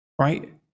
right